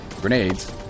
grenades